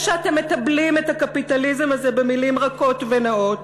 יש שאתם מתבלים את הקפיטליזם הזה במילים רכות ונאות,